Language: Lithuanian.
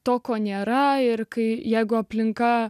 to ko nėra ir kai jeigu aplinka